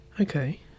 Okay